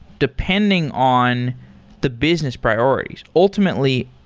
depending on the business priorities. ultimately,